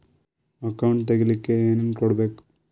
Account ತೆಗಿಲಿಕ್ಕೆ ಏನೇನು ಕೊಡಬೇಕು?